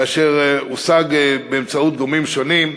כאשר הושג באמצעות גורמים שונים,